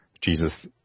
Jesus